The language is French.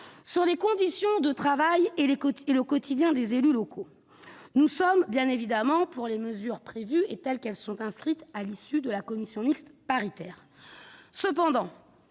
des conditions de travail et du quotidien des élus locaux. Nous sommes pour les mesures prévues, telles qu'elles sont inscrites à l'issue de la commission mixte paritaire.